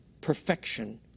perfection